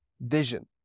Vision